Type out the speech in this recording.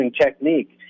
technique